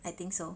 I think so